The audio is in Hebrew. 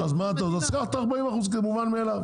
אז תיקח את ה-40% כמובן מאליו.